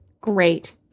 great